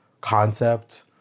concept